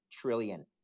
trillion